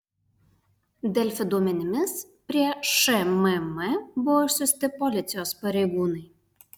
delfi duomenimis prie šmm buvo išsiųsti policijos pareigūnai